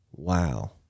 Wow